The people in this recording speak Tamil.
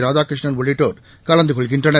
ராதாகிருஷ்ணன் உள்ளிட்டோர் கலந்து கொள்கின்றனர்